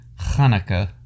Hanukkah